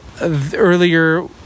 Earlier